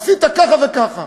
עשית ככה וככה.